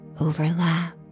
overlap